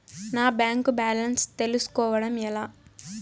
నా bank balance తెలుస్కోవడం ఎలా?